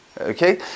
Okay